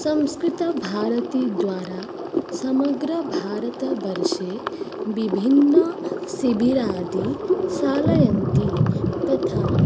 संस्कृतभारतीद्वारा समग्रभारतवर्षे विभिन्नशिबिरादि चालयन्ति तथा